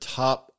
top